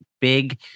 big